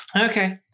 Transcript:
okay